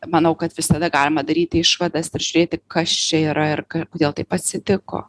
manau kad visada galima daryti išvadas ir žiūrėti kas čia yra ir ka kodėl taip atsitiko